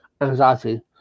anxiety